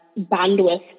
bandwidth